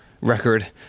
record